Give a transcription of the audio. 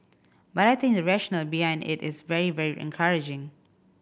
but I think the rationale behind it is very very encouraging